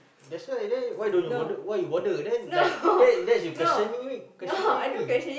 that's why that day why don't you bother why you bother then like that that is you questioning me questioning me